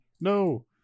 no